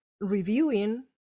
reviewing